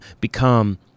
become